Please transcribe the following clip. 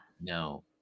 No